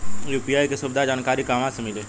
UPI के सुविधा के जानकारी कहवा से मिली?